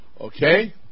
Okay